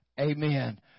amen